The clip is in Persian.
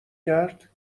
کرد